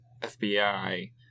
FBI